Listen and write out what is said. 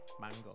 mango